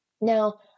Now